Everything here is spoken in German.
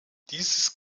dieses